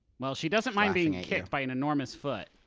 welll, she doesn't mind being kicked by an enormous foot.